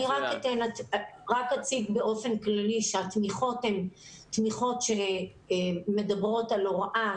אני אציג באופן כללי ואומר שהתמיכות הן תמיכות שמדברות על הוראה,